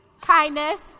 Kindness